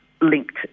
linked